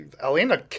Alina